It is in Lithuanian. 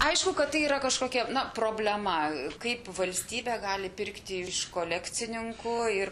aišku kad tai yra kažkokia na problema kaip valstybė gali pirkti iš kolekcininkų ir